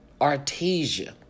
Artesia